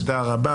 תודה רבה.